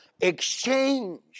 exchange